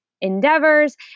endeavors